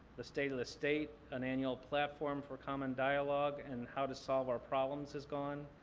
the state of the state, an annual platform for common dialogue and how to solve our problems is gone,